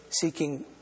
seeking